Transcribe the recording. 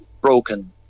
broken